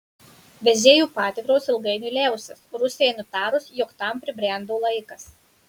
vežėjų patikros ilgainiui liausis rusijai nutarus jog tam pribrendo laikas